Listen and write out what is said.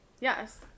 Yes